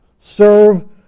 Serve